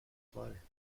slider